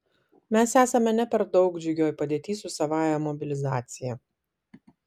mes esame ne per daug džiugioj padėty su savąja mobilizacija